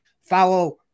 follow